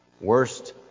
worst